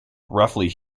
roughly